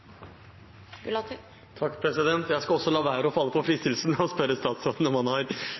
Jeg skal også la være å falle for fristelsen til å spørre statsråden om han